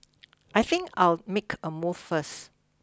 I think I'll make a move first